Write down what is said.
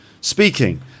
speaking